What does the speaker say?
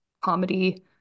comedy